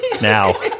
Now